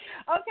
Okay